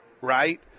right